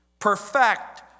perfect